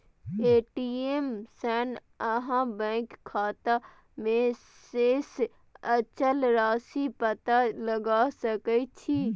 ATM सं अहां bank खाता मे शेष बचल राशिक पता लगा सकै छी